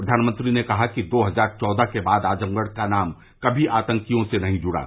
प्रधानमंत्री ने कहा कि दो हजार चौदह के बाद आजमगढ़ का नाम कभी आतंकियों से नहीं जुड़ा